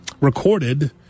recorded